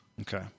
Okay